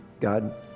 God